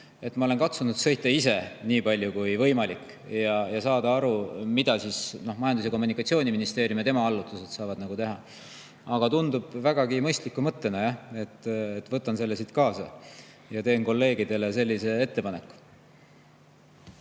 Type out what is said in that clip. Ma olen ise katsunud sõita [Eestis ringi] nii palju kui võimalik ja saada aru, mida Majandus‑ ja Kommunikatsiooniministeerium ning tema allasutused saavad teha. Aga tundub vägagi mõistlik mõte. Võtan selle siit kaasa ja teen kolleegidele sellise ettepaneku.